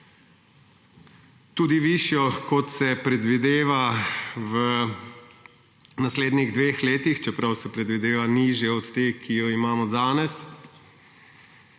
Tudi višjo, kot se predvideva v naslednjih dveh letih, čeprav se predvideva nižja od te, ki jo imamo danes.